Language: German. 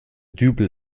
dübel